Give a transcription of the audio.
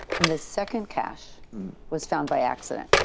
and the second cache was found by accident.